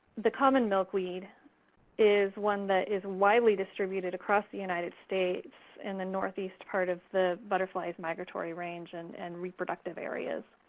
the common milkweed is one that is widely distributed across the united states in the northeast part of the butterfly's migratory range and and reproductive areas.